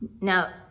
Now